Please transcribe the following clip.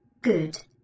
Good